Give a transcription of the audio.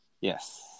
Yes